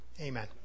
amen